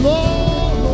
Lord